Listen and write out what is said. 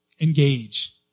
engage